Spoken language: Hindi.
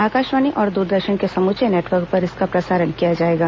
आकाशवाणी और दूरदर्शन के समूचे नेटवर्क पर इसका प्रसारण किया जाएगा